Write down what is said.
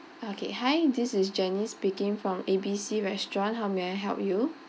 okay hi this is janice speaking from A B C restaurant how may I help you